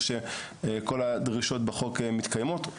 ושכל הדרישות בחוק מתקיימות.